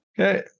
Okay